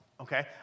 okay